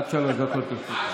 עד שלוש דקות לרשותך.